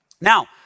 Now